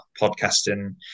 podcasting